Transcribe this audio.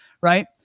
right